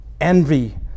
envy